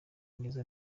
neza